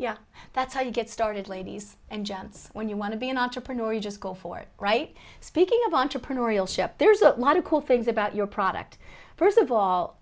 yeah that's how you get started ladies and gents when you want to be an entrepreneur you just go for it right speaking of entrepreneurial ship there's a lot of cool things about your product first of all